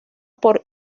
por